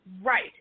Right